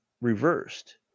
reversed